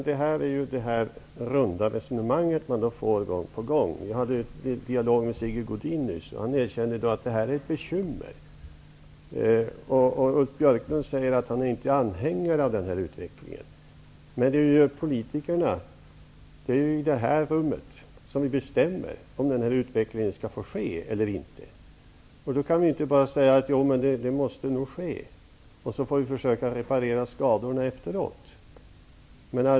Herr talman! Det här runda resonemanget får man höra gång på gång. Jag hade nyss en dialog med Sigge Godin. Han erkände att detta är ett bekymmer. Ulf Björklund säger att han inte är någon anhängare av den här utvecklingen. Men det är ju politikerna i det här rummet som bestämmer om det skall vara en sådan utveckling eller inte. Vi kan inte säga: Det måste nog vara så här. Vi får försöka reparera skadorna efteråt.